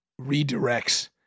redirects